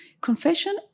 confession